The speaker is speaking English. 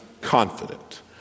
confident